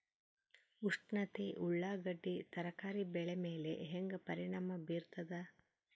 ಉಷ್ಣತೆ ಉಳ್ಳಾಗಡ್ಡಿ ತರಕಾರಿ ಬೆಳೆ ಮೇಲೆ ಹೇಂಗ ಪರಿಣಾಮ ಬೀರತದ?